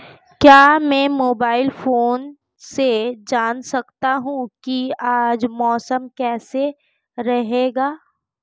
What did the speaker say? क्या मैं mobile phone से जान सकता हूँ कि आज मौसम कैसा रहेगा?